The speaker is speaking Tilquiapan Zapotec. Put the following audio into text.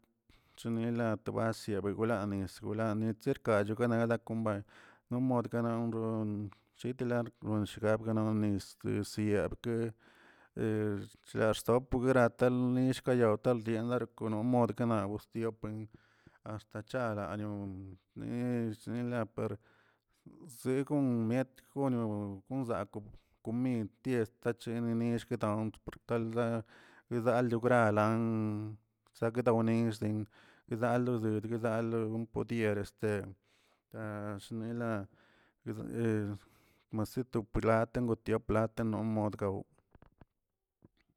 Chenila to bas yaa biwlaa nez wlaa yetze kacho kanela konbay no mod kan roo shitelan kokn shgnab ganon nis nisyaarke he chla rsopke garata lonillꞌ kayow tal nie nokono modə kana wistiopen hasta chala ño sne snela par según miet gono zakbə komid ties tachini nikx kataw rpotaldaa yigdal logral- la zakdaw nirzi gdalo del gdalo podiere este ah shnela maset to platə tio plat no modədow